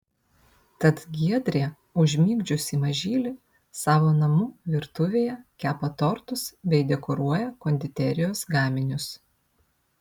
tad giedrė užmigdžiusi mažylį savo namų virtuvėje kepa tortus bei dekoruoja konditerijos gaminius